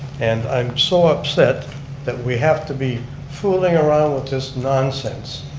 and i'm so upset that we have to be fooling around with this nonsense,